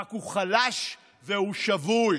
רק שהוא חלש והוא שבוי,